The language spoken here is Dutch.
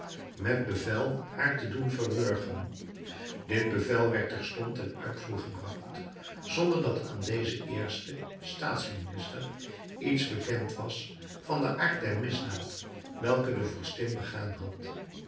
met bevel haar te doen verwurgen dit bevel werd terstond ten uitvoer gebragt zonder dat aan dezen eersten staats minister iets bekend was van den aard der misdaad welke de vorstin begaan had